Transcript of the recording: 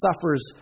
suffers